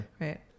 Right